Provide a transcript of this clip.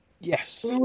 Yes